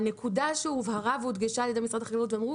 הנקודה שהובהרה והודגשה על ידי משרד החקלאות היא שאמרו